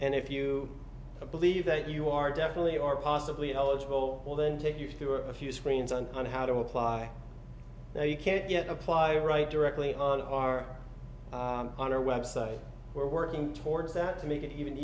and if you believe that you are definitely or possibly eligible well then take you through a few screens on how to apply now you can get apply write directly on our on our website we're working towards that to make it even